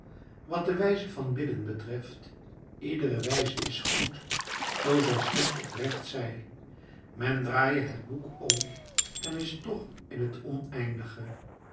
wat de wijze van bidden betreft iedere wijze is goed zoo zij slechts oprecht zij men draaie het boek om en is toch in het oneindige